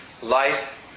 life